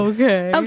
Okay